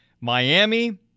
Miami